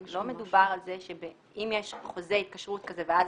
לא מדובר על זה שאם יש חוזה התקשרות כזה ואז